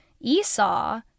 Esau